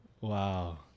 Wow